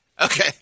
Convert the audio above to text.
Okay